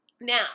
Now